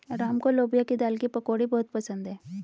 राम को लोबिया की दाल की पकौड़ी बहुत पसंद हैं